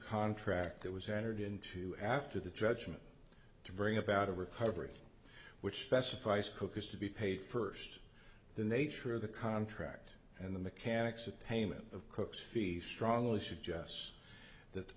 contract that was entered into after the judgement to bring about a recovery which specifies cook has to be paid first the nature of the contract and the mechanics of payment of cook's fees strongly suggests that the